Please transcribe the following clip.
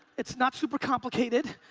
it's not super complicated.